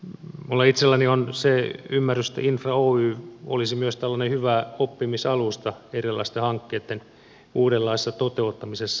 minulla itselläni on se ymmärrys että infra oy olisi myös hyvä oppimisalusta erilaisten hankkeitten uudenlaisessa toteuttamisessa